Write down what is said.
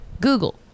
google